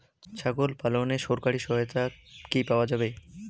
ছাগল পালনে সরকারি সহায়তা কি পাওয়া যায়?